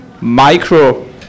micro